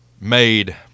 made